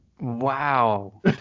wow